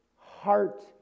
heart